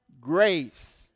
grace